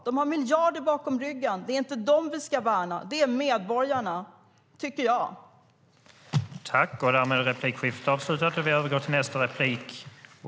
De har miljarder bakom ryggen. Det är inte dem som vi ska värna. Jag tycker att det är medborgarna.